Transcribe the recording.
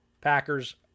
packers